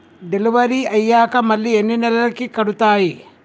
Delivery అయ్యాక మళ్ళీ ఎన్ని నెలలకి కడుతాయి?